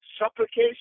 supplication